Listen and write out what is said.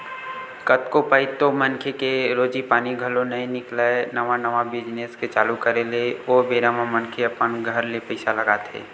कतको पइत तो मनखे के रोजी पानी घलो नइ निकलय नवा नवा बिजनेस के चालू करे ले ओ बेरा म मनखे अपन घर ले पइसा लगाथे